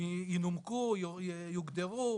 מיוחדות שיונמקו, יוגדרו.